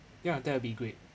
ya that will be great